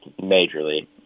majorly